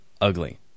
ugly